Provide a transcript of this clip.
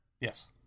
Yes